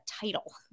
title